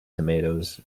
tomatoes